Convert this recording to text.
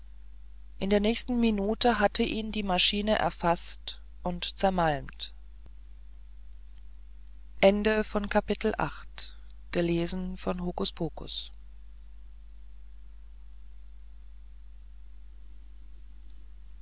in der nächsten minute hatte ihn die maschine erfaßt und zermalmt